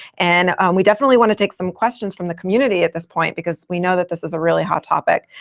and we definitely want to take some questions from the community at this point, because we know that this is a really hot topic.